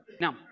now